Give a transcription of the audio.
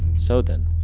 so then,